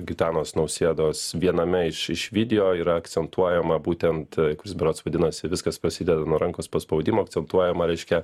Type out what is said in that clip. gitanos nausėdos viename iš iš video yra akcentuojama būtent kuris berods vadinasi viskas prasideda nuo rankos paspaudimo akcentuojama reiškia